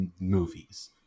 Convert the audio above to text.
movies